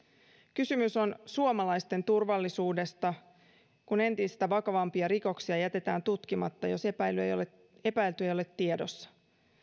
kysymys on suomalaisten turvallisuudesta kun entistä vakavampia rikoksia jätetään tutkimatta jos epäilty ei ole tiedossa